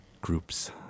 groups